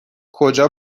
کجا